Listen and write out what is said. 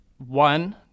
One